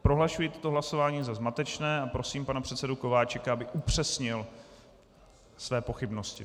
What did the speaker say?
Prohlašuji toto hlasování za zmatečné a prosím pana předsedu Kováčika, aby upřesnil své pochybnosti.